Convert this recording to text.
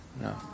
No